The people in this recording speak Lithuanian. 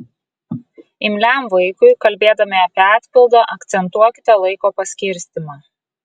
imliam vaikui kalbėdami apie atpildą akcentuokite laiko paskirstymą